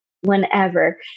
whenever